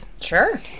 Sure